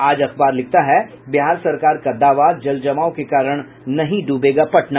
आज अखबार लिखता है बिहार सरकार का दावा जल जमाव के कारण नहीं डूबेगा पटना